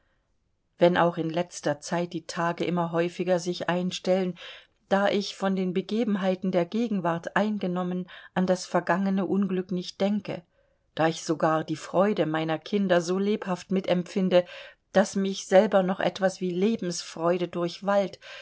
wenn auch in letzter zeit die tage immer häufiger sich einstellen da ich von den begebenheiten der gegenwart eingenommen an das vergangene unglück nicht denke da ich sogar die freude meiner kinder so lebhaft mitempfinde daß mich selber noch etwas wie lebensfreude